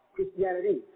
Christianity